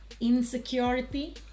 Insecurity